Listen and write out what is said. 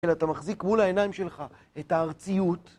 אתה מחזיק מול העיניים שלך את הארציות.